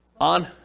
On